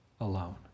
alone